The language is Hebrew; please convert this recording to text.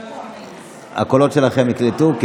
הקולות שלכם נקלטו?